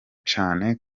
cane